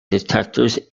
detectors